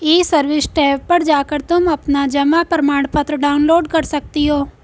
ई service tab पर जाकर तुम अपना जमा प्रमाणपत्र डाउनलोड कर सकती हो